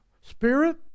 spirit